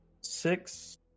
six